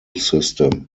system